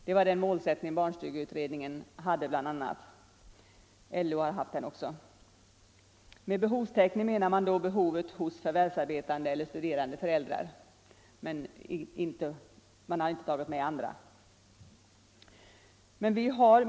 Det var den målsättningen som barnstugeutredningen bl.a. hade. LO har också haft den. Med behovstäckning menar man då behovet hos förvärvsarbetande eller studerande föräldrar; man har inte tagit med andra.